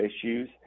issues